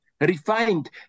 refined